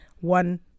one